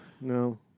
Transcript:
No